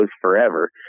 forever